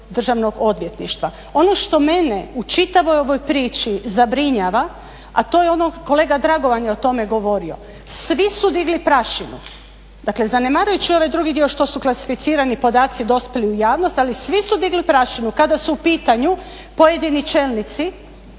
državnog odvjetništva. Ono što mene u čitavoj ovoj priči zabrinjava, a to je ono kolega Dragovan je o tome govorio, svi su digli prašinu, dakle zanemarujući ovaj drugi dio što su klasificirani podaci dospjeli u javnosti ali svi su digli prašinu kada su u pitanju pojedini čelnici